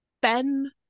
Ben